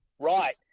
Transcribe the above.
Right